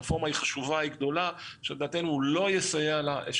הרפורמה היא חשובה וגדולה, והוא לא יסייע לה.